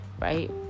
Right